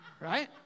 right